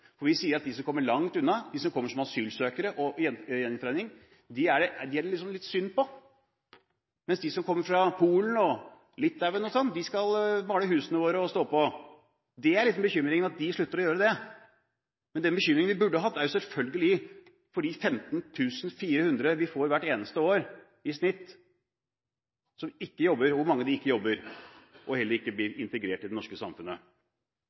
Når vi sier at de som kommer fra land langt unna – de som kommer som asylsøkere og på gjenforening – er det litt synd på, mens de som kommer fra Polen, Litauen mv., skal male husene våre og stå på. Det er liksom en bekymring at de slutter å gjøre det. Men den bekymringen vi burde hatt, er selvfølgelig at mange av de 15 400 vi får i snitt hvert eneste år, ikke jobber, og heller ikke blir integrert i det norske samfunnet.